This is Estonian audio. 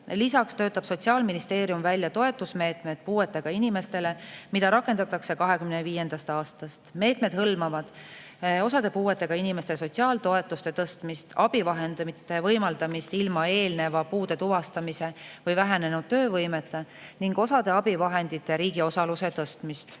Lisaks töötab Sotsiaalministeerium puuetega inimestele välja toetusmeetmed, mida rakendatakse 2025. aastast. Meetmed hõlmavad osade puuetega inimeste sotsiaaltoetuste tõstmist, abivahendite võimaldamist ilma eelneva puude tuvastamise või vähenenud töövõimeta ning osade abivahendite puhul riigi osaluse tõstmist.